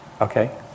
Okay